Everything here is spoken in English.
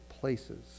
places